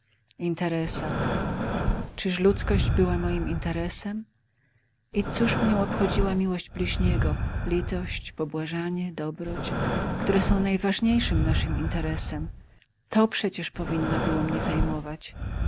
interesa czyż ludzkość była moim interesem i cóż mię obchodziła miłość bliźniego litość pobłażanie dobroć które są najważniejszym naszym interesem to przecież powinno było mnie zajmować